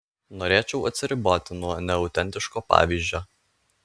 norėčiau atsiriboti nuo neautentiško pavyzdžio